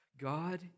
God